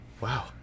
wow